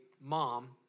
mom